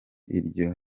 iryo